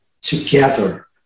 together